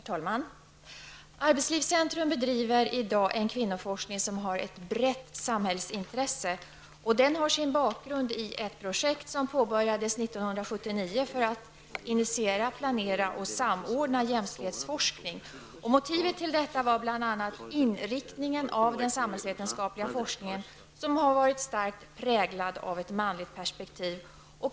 Herr talman! Arbetslivscentrum bedriver i dag en kvinnoforskning som har ett brett samhällsintresse. Den har sin bakgrund i ett projekt som påbörjades 1979 för att initiera, planera och samordna jämställdhetsforskning. Motivet till detta var bl.a. inriktningen av den samhällsvetenskapliga forskningen, som har varit starkt präglad av ett manligt perspektiv.